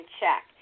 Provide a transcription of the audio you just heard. check